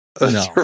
No